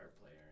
player